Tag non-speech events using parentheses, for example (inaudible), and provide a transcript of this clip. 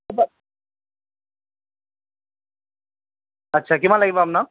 (unintelligible) আচ্ছা কিমান লাগিব আপোনাক